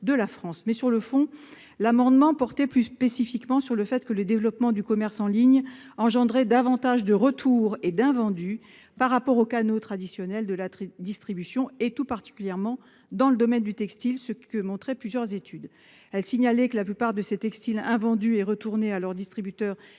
Sur le fond, l'amendement était plus spécifiquement lié au fait que le développement du commerce en ligne entraînait davantage de retours et d'invendus par rapport aux canaux traditionnels de la distribution, tout particulièrement dans le domaine du textile, ce que montrent plusieurs études. Ma collègue signalait que la plupart de ces textiles invendus et retournés à leurs distributeurs n'étaient